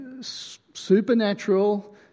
supernatural